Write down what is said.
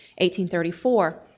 1834